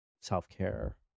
self-care